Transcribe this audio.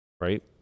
right